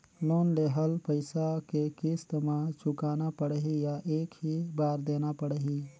Loan लेहल पइसा के किस्त म चुकाना पढ़ही या एक ही बार देना पढ़ही?